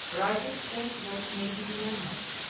riding straight towards me in the moonlight.